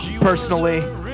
personally